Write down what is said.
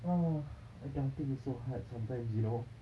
ah adulting is so hard sometimes you know